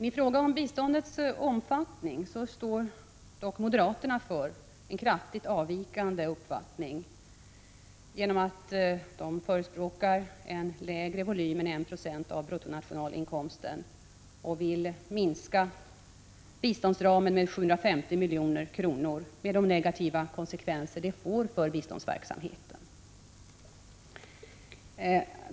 I fråga om biståndets omfattning står dock moderaterna för en kraftigt avvikande uppfattning genom att de förespråkar en lägre volym än 1 96 av bruttonationalinkomsten och vill minska biståndsramen med 750 milj.kr., med de negativa konsekvenser det får för biståndsverksamheten.